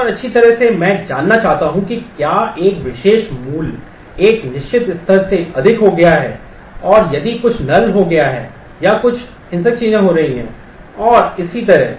और अच्छी तरह से मैं जानना चाहता हूं कि क्या एक विशेष मूल्य एक निश्चित स्तर से अधिक हो गया है या यदि कुछ null हो गया है या कुछ हिंसक चीजें हो रही हैं और इसी तरह